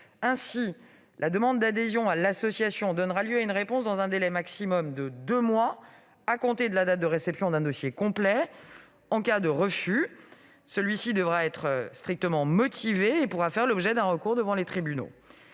Ainsi, la demande d'adhésion à l'association donnera lieu à une réponse dans un délai maximum de deux mois à compter de la date de réception d'un dossier complet. En cas de refus, celui-ci devra être strictement motivé et pourra faire l'objet d'un recours devant les tribunaux.